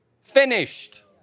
finished